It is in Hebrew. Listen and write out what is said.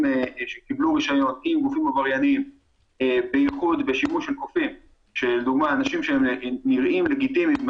קיבלו רשיון בייחוד בשימוש אנשים שנראים לגיטימיים,